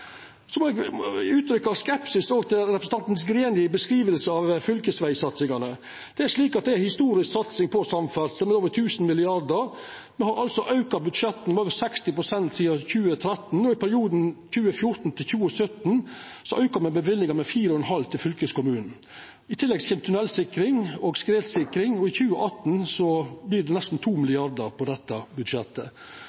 så dette er ei vinn-vinn-sak både for ferjefylka dei første åra og på sikt for alle andre fylke. Eg må òg uttrykkja skepsis til representanten Grenis beskriving av fylkesvegsatsingane. Det er ei historisk satsing på samferdsel, med over 1 000 mrd. kr. Me har altså auka budsjettet med over 60 pst. sidan 2013, og i perioden 2014–2017 auka me løyvinga med 4,5 pst. til fylkeskommunane. I tillegg kjem tunnelsikring og skredsikring. I 2018 vert det nesten